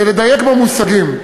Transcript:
לדייק במושגים.